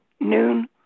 noon